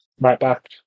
right-back